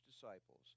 disciples